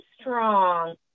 strong